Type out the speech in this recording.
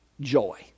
joy